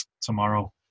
tomorrow